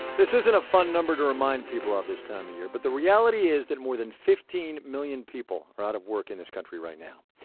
this isn't a fun number to remind people of this time of year, but the reality is that more than fifteen million people are out of work in this country right now.